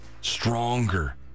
stronger